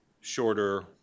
shorter